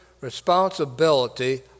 responsibility